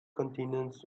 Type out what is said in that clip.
continents